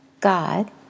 God